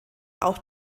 auch